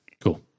Cool